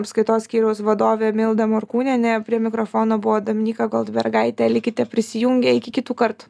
apskaitos skyriaus vadovė milda morkūnienė prie mikrofono buvo dominyka goldbergaitė likite prisijungę iki kitų kartų